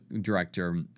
director